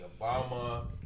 Obama